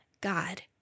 God